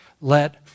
let